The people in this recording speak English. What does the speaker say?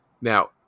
now